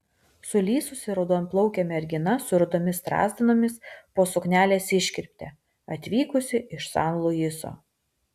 sulysusi raudonplaukė mergina su rudomis strazdanomis po suknelės iškirpte atvykusi iš san luiso